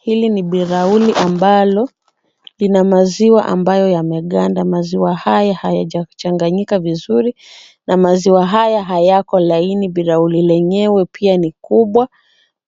Hili ni bilauri ambalo lina maziwa ambayo yameganda. Maziwa haya hayajachanganyika vizuri na maziwa haya hayako laini. Bilauri lenyewe pia ni kubwa,